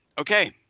Okay